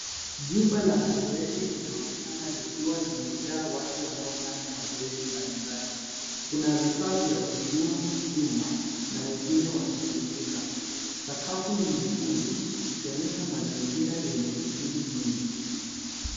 Jumba la mazoezi linaonekna likiwa limejaa watu wanaofanya mazoezi mbalimbali. Kuna vifaa vya kuinua vyuma, na wengine wakipumzika. Sakafu ni nyekundu, ikionyesha mazingira yenye shughuli nyingi.